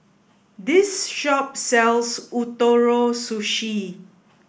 this shop sells Ootoro Sushi